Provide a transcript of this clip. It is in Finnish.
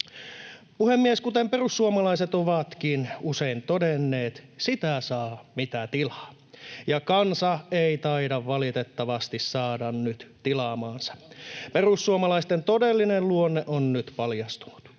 Puhemies! Kuten perussuomalaiset ovatkin usein todenneet, sitä saa, mitä tilaa, ja kansa ei taida valitettavasti saada nyt tilaamaansa. Perussuomalaisten todellinen luonne on nyt paljastunut: